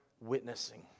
witnessing